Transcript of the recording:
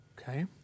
Okay